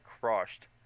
crushed